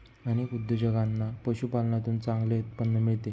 अनेक उद्योजकांना पशुपालनातून चांगले उत्पन्न मिळते